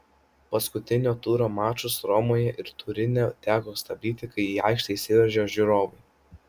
paskutinio turo mačus romoje ir turine teko stabdyti kai į aikštę įsiveržė žiūrovai